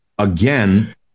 again